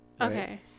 Okay